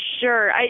sure